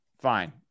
Fine